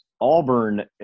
Auburn